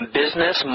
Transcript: business